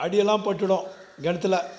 அடியெல்லாம் பட்டுவிடும் கிணத்துல